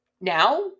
Now